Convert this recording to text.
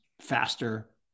faster